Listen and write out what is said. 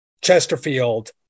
Chesterfield